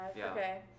Okay